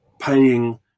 paying